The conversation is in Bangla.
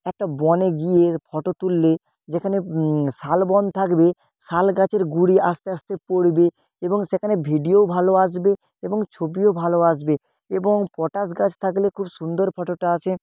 একটা বনে গিয়ে ফটো তুললে যেখানে শালবন থাকবে শাল গাছের গুঁড়ি আস্তে আস্তে পড়বে এবং সেখানে ভিডিও ভালো আসবে এবং ছবিও ভালো আসবে এবং পটাশ গাছ থাকলে খুব সুন্দর ফটোটা আসে